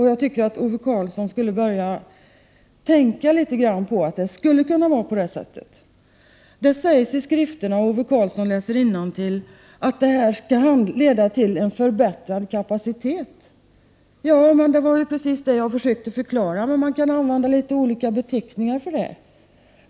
Jag tycker att Ove Karlsson borde börja tänka på att det skulle kunna vara på det sättet. Det sägs i skrifterna, om Ove Karlsson läser innantill, att denna forskning skall leda till en förbättrad kapacitet. Det var precis det som jag försökte förklara, men man kan använda litet olika beteckningar för det.